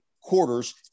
quarters